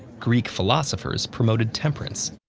greek philosophers promoted temperance.